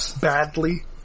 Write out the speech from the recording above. badly